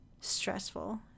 stressful